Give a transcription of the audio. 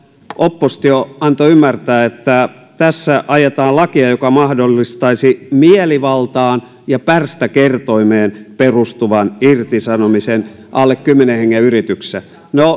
oppositio antoi ymmärtää että tässä ajetaan lakia joka mahdollistaisi mielivaltaan ja pärstäkertoimeen perustuvan irtisanomisen alle kymmenen hengen yrityksissä no